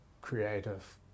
creative